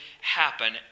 happen